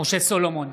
משה סולומון,